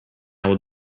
will